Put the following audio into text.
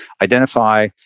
identify